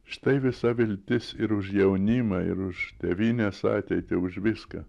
štai visa viltis ir už jaunimą ir už tėvynės ateitį už viską